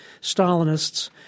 Stalinists